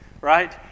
right